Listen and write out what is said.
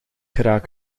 geraak